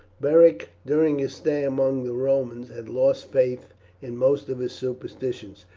beric during his stay among the romans had lost faith in most of his superstitions.